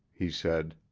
he said.